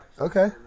Okay